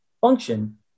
function